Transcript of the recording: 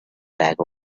back